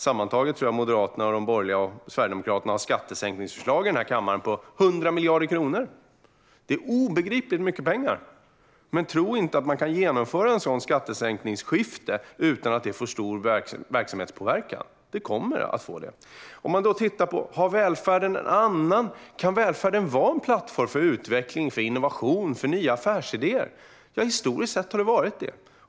Sammantaget tror jag att Moderaterna, de andra borgerliga partierna och Sverigedemokraterna har skattesänkningsförslag i den här kammaren på 100 miljarder kronor. Det är obegripligt mycket pengar. Tro inte att man kan genomföra ett sådant skattesänkningsskifte utan att det får stor verksamhetspåverkan! Det kommer att få det. Kan då välfärden vara en plattform för utveckling, innovation och nya affärsidéer? Ja, historiskt sett har den varit det.